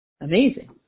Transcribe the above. Amazing